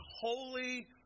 holy